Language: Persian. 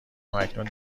هماکنون